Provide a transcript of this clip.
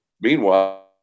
meanwhile